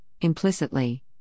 implicitly